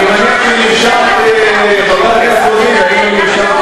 אני שואלת, לתת להם אישורי העסקה, אז שאלת,